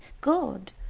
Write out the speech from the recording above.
god